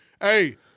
hey